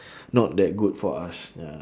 not that good for us ya